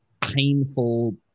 painful